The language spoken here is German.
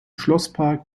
schlosspark